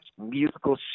musical